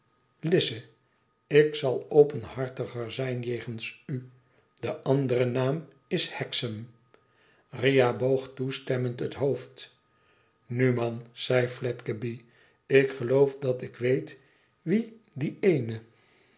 ik zal openhartiger zijn jegens u de andere naam is hexam riah boog toestemmend het hoofd nu man zei fledgeby ik geloof dat ik weet wie die eene